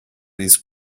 these